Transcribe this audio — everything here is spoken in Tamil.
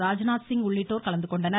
ராஜ்நாத்சிங் உள்ளிட்டோர் கலந்துகொண்டனர்